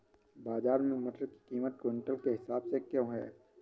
बाजार में मटर की कीमत क्विंटल के हिसाब से क्यो है?